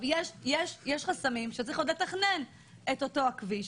יש חסמים שצריך לתכנן את אותו הכביש,